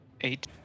eight